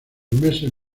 meses